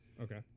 Okay